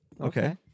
Okay